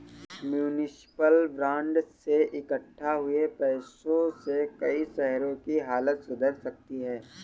municipal bond से इक्कठा हुए पैसों से कई शहरों की हालत सुधर सकती है